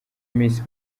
miss